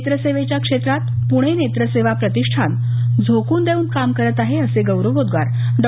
नेत्रसेवेच्या क्षेत्रात पुणे नेत्रसेवा प्रतिष्ठान झोकून देऊन काम करत आहे असे गौरवोद्गार डॉ